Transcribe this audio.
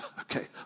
Okay